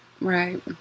Right